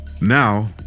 Now